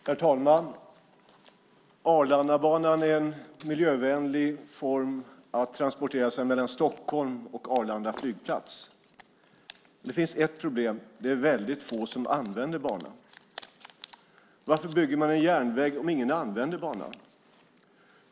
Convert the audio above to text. Herr talman! Arlandabanan är en miljövänlig form för att transportera sig mellan Stockholm och Arlanda flygplats. Det finns ett problem: Det är väldigt få som använder banan. Varför bygger man en järnväg om ingen använder banan?